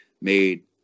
made